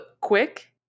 quick